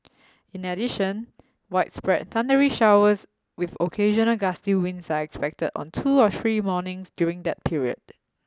in addition widespread thundery showers with occasional gusty winds are expected on two or three mornings during that period